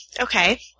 Okay